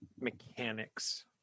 mechanics